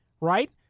right